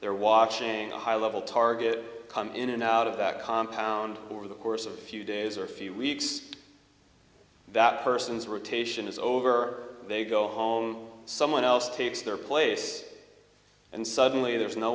they're watching a high level target come in and out of that compound over the course of a few days or few weeks that person's rotation is over they go home someone else takes their place and suddenly there's no